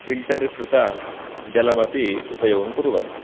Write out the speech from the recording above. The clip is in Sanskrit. फिल्टर्कृतजलमपि उपयोगं कुर्वन्ति